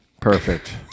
perfect